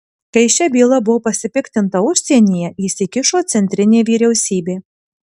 kai šia byla buvo pasipiktinta užsienyje įsikišo centrinė vyriausybė